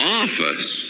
office